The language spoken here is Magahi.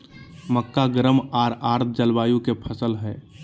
मक्का गर्म आर आर्द जलवायु के फसल हइ